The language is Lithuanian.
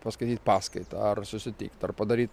paskaityt paskaitą ar susitikt ar padaryt